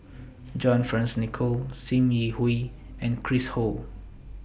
John Fearns Nicoll SIM Yi Hui and Chris Ho